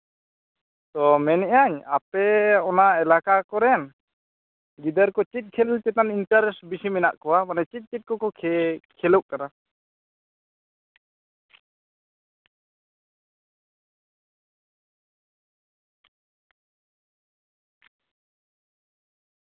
ᱛᱚ ᱢᱮᱱᱮᱫᱼᱟᱹᱧ ᱟᱯᱮ ᱱᱚᱟ ᱮᱞᱟᱠᱟ ᱠᱚᱨᱮᱱ ᱜᱤᱫᱟᱹᱨ ᱠᱚ ᱪᱮᱫ ᱠᱷᱮᱹᱞ ᱪᱮᱛᱟᱱ ᱤᱱᱴᱟᱨᱮᱥᱴ ᱵᱤᱥᱤ ᱢᱮᱱᱟᱜ ᱠᱚᱣᱟ ᱢᱟᱱᱮ ᱪᱮᱫ ᱪᱮᱫ ᱠᱚᱠᱚ ᱠᱷᱮᱹ ᱠᱷᱮᱹᱞᱳᱜ ᱠᱟᱱᱟ